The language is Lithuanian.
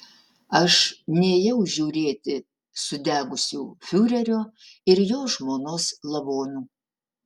aš nėjau žiūrėti sudegusių fiurerio ir jo žmonos lavonų